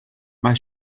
mae